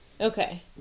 Okay